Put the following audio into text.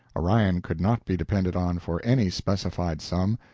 orion could not be depended on for any specified sum,